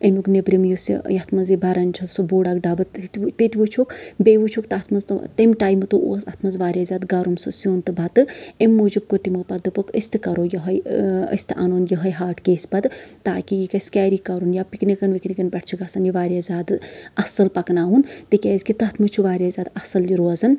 امیُک نٮ۪برِم یہِ یُس یہِ یَتھ منٛز یہِ بران چھِ سُہ بوٚڑ اکھ ڈَبہٕ تِتہِ وٕچھُکھ بیٚیہِ وٕچھُکھ تَتھ منٛز تَمہِ ٹایمہٕ تہِ اوس اَتھ منٛز واریاہ زیادٕ گرم سُہ سیُن تہٕ بَتہٕ اَمہِ موٗجوٗب کوٚر تِمو پَتہٕ دوٚپُکھ أسۍ تہِ کرو یِہوے أسۍ تہِ اَنون یِہوے ہاٹ کیس پَتہٕ تاکہِ یہِ گژھِ کیری کَرُن یا پِکِنکن وِکنِکن پٮ۪ٹھ چھُ گژھان یہِ واریاہ زیادٕ اَصٕل پَکناوُن تِکیازِ کہِ تَتھ منٛز چھُ واریاہ زیادٕ اَصٕل یہِ روزان